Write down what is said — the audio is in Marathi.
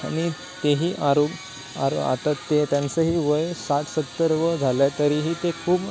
आणि तेही आरो आता ते त्यांचंही वय साठ सत्तर व झालं तरीही ते खूप